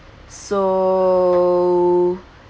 so